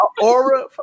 aura